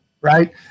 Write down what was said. right